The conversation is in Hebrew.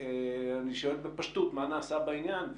אני שואל בפשטות מה נעשה בעניין.